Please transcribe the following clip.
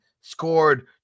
scored